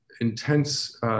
intense